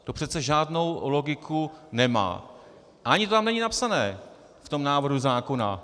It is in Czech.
To přece žádnou logiku nemá a ani to tam není napsané v tom návrhu zákona.